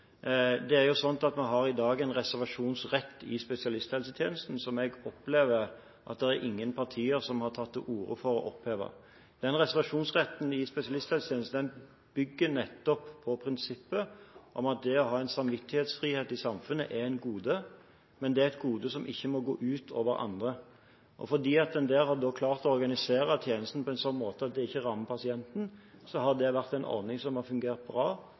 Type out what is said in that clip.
spesialisthelsetjenesten som jeg opplever at det er ingen partier som har tatt til orde for å oppheve. Reservasjonsretten i spesialisthelsetjenesten bygger nettopp på prinsippet om at det å ha en samvittighetsfrihet i samfunnet er et gode, men det er et gode som ikke må gå ut over andre. Fordi man der har klart å organisere tjenesten på en slik måte at det ikke rammer pasienten, har det vært en ordning som har fungert bra,